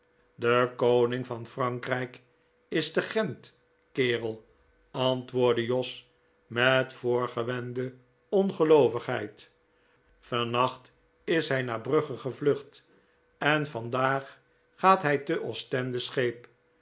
de koning van frankrijk is te gent kerel antwoordde jos met voorgewende ongeloovigheid vannacht is hij naar brugge gevlucht en vandaag gaat hij te ostende scheep